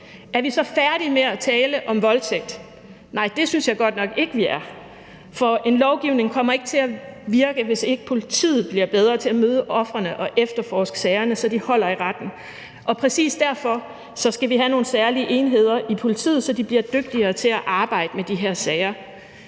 Er vi så færdige med at tale om voldtægt? Nej, det synes jeg godt nok ikke vi er. For en lovgivning kommer ikke til at virke, hvis ikke politiet bliver bedre til at møde ofrene og efterforske sagerne, så de holder i retten, og præcis derfor skal vi have nogle særlige enheder i politiet, så de bliver dygtigere til at arbejde med de her sager.